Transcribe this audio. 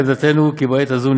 עמדתנו היא כי בעת הזאת,